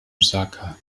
osaka